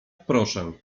proszę